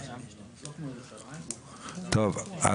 טוב,